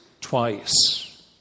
twice